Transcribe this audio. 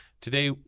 Today